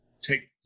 take